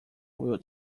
will